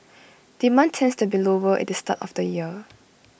demand tends to be lower at the start of the year